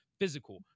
Physical